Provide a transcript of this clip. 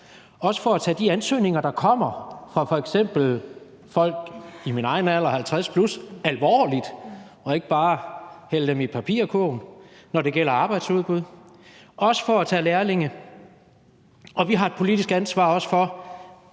også for at tage de ansøgninger, der kommer fra f.eks. folk i min egen alder, 50 plus, alvorligt og ikke bare hælde dem i papirkurven, og også ansvar for at tage lærlinge, når det handler om